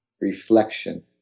reflection